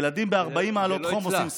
ילדים ב-40 מעלות חום עושים ספורט.